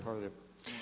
Hvala lijepa.